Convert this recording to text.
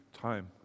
time